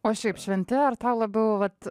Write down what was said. o šiaip šventi ar tau labiau vat